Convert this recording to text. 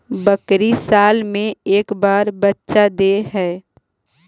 बकरी साल मे के बार बच्चा दे है?